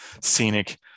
scenic